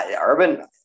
Urban